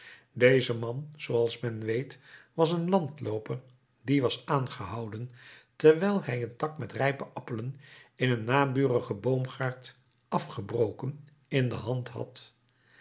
deze man zooals men weet was een landlooper die was aangehouden terwijl hij een tak met rijpe appelen in een naburigen boomgaard afgebroken in de hand had